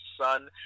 son